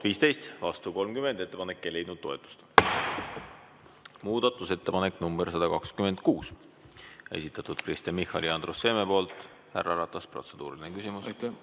15, vastu 30. Ettepanek ei leidnud toetust. Muudatusettepanek nr 126, esitanud Kristen Michal ja Andrus Seeme. Härra Ratas, protseduuriline küsimus.